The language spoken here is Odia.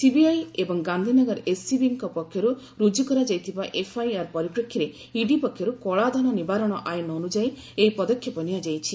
ସିବିଆଇ ଏବଂ ଗାନ୍ଧିନଗର ଏସ୍ସିବିଙ୍କ ପକ୍ଷରୁ ରୁଜୁ କରାଯାଇଥିବା ଏଫ୍ଆଇଆର୍ ପରିପ୍ରେକ୍ଷୀରେ ଇଡି ପକ୍ଷରୁ କଳାଧନ ନିବାରଣ ଆଇନ୍ ଅନୁଯାୟୀ ଏହି ପଦକ୍ଷେପ ନିଆଯାଇଛି